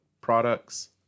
products